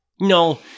No